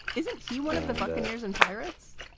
isn't he one of the buccaneers and pirates?